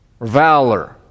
valor